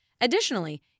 Additionally